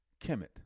Kemet